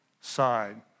side